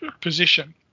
position